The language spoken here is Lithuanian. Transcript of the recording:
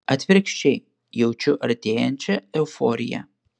atvirkščiai jaučiu artėjančią euforiją